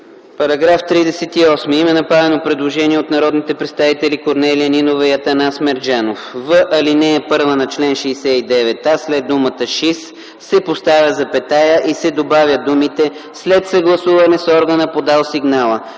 По § 38 има направено предложение от народните представители Корнелия Нинова и Атанас Мерджанов – в ал. 1 на чл. 69а, след думата „ШИС” се поставя запетая и се добавят думите „след съгласуване с органа, подал сигнала”.